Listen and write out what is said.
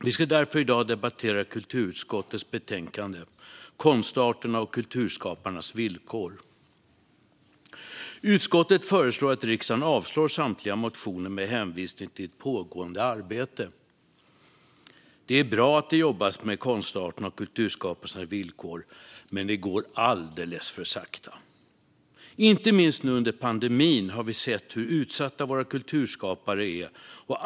Vi ska i dag debattera kulturutskottets betänkande Konst arterna och kulturskaparnas villkor . Utskottet föreslår att riksdagen avslår samtliga motioner med hänvisning till ett pågående arbete. Det är bra att det jobbas med konstarterna och kulturskaparnas villkor, men det går alldeles för sakta. Inte minst nu under pandemin har vi sett hur utsatta våra kulturskapare är.